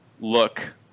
look